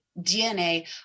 DNA